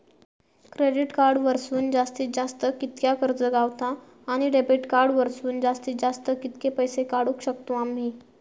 Credit card वरसून जास्तीत जास्त कितक्या कर्ज गावता, आणि डेबिट कार्ड वरसून जास्तीत जास्त कितके पैसे काढुक शकतू आम्ही?